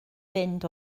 fynd